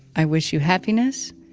i wish you happiness